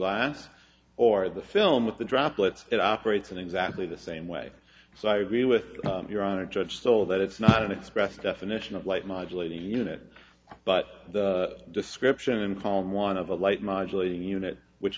glass or the film with the droplets it operates in exactly the same way so i agree with your honor judge so that it's not an expressed definition of light modulating unit but the description in column one of a light modulating unit which